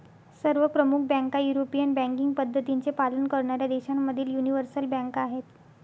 सर्व प्रमुख बँका युरोपियन बँकिंग पद्धतींचे पालन करणाऱ्या देशांमधील यूनिवर्सल बँका आहेत